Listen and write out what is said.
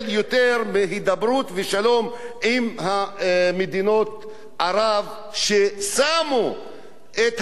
ושלום עם מדינות ערב ששמו את המסמך של הליגה הערבית